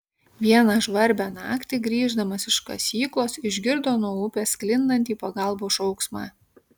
vieną žvarbią naktį grįždamas iš kasyklos išgirdo nuo upės sklindantį pagalbos šauksmą